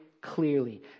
clearly